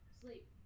Sleep